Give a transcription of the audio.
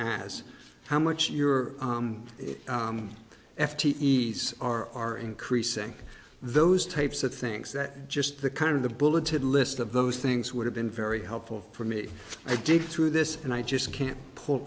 as how much your f t s are increasing those types of things that just the kind of the bulleted list of those things would have been very helpful for me i dig through this and i just can't pull